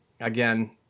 again